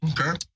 Okay